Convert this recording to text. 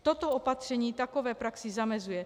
Toto opatření takové praxi zamezuje.